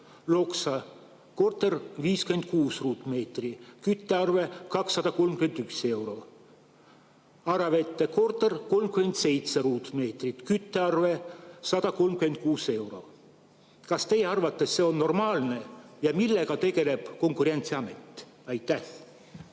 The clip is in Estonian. Loksa, korter 56 m2, küttearve 231 eurot; Aravete, korter 37 m2, küttearve 136 eurot. Kas teie arvates on see normaalne? Ja millega tegeleb Konkurentsiamet? Aitäh,